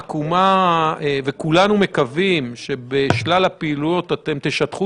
כולנו מקווים שבשלל הפעילויות אתם תשטחו